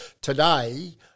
Today